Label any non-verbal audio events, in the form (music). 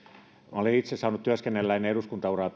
minä olen itse saanut työskennellä ennen eduskuntauraa (unintelligible)